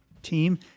team